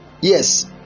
Yes